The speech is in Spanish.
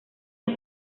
los